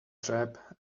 trap